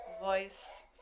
voice